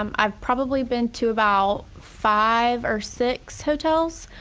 um i've probably been to about five or six hotels